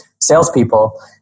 salespeople